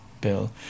Bill